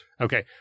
Okay